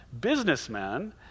businessman